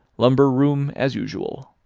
lumber-room as usual.